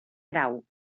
grau